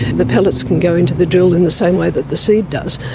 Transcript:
the pellets can go into the drill in the same way that the seed does.